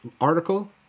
article